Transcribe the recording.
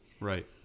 Right